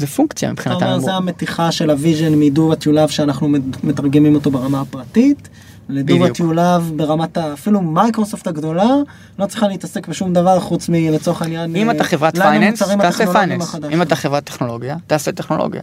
זה פונקציה מבחינת העמוק. אתה אומר זו המתיחה של הוויז'ן מדור התיולב שאנחנו מתרגמים אותו ברמה הפרטית לדור התיולב ברמת אפילו מייקרוסופט הגדולה, לא צריכה להתעסק בשום דבר חוץ מלצורך העניין, אם אתה חברת פייננס תעשה פייננס, אם אתה חברת טכנולוגיה תעשה טכנולוגיה.